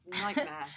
nightmare